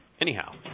anyhow